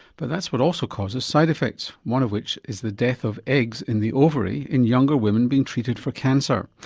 but that's what also causes side effects, one of which is the death of eggs in the ovary in younger women being treated for cancer.